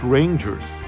Rangers